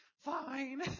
fine